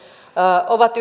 ovat